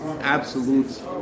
absolute